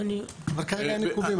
רק כרגע אין עיכובים.